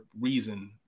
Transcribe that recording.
reason